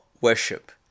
worship